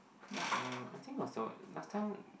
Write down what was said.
uh I think not so eh last time